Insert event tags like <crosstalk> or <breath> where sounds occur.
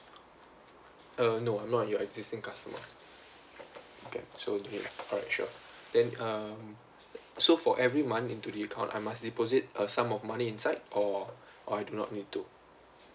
uh no I am not your existing customer okay so no need alright sure <breath> then um so for every month into the account I must deposit a sum of money inside or <breath> or I do not need to